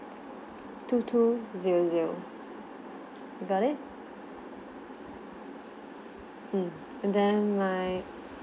two two zero zero you got it mm and then my